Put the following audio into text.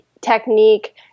technique